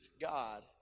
God